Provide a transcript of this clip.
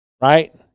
right